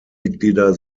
mitglieder